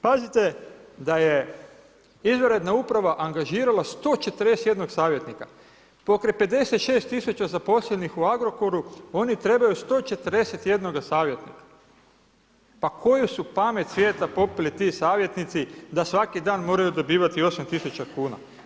Pazite da je izvanredna uprava angažirala 141 savjetnika, pokraj 56 000 zaposlenih u Agrokoru oni trebaju 141 savjetnika, pa koju su pamet svijeta popili ti savjetnici da svaki dan moraju dobivati 8000 kuna?